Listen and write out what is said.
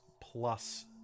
plus